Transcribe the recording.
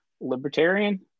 libertarian